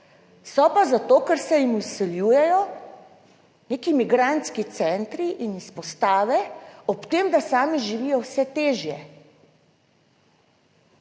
So pa zato, ker se jim vsiljujejo neki migrantski centri in izpostave, ob tem, da sami živijo vse težje.